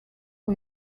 who